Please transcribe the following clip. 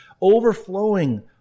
overflowing